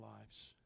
lives